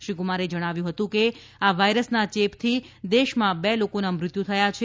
શ્રી કુમારે જણાવ્યું હતું કે આ વાયરસના ચેપથી દેશમાં બે લોકોના મૃત્યુ થયા છે